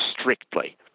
strictly